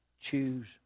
choose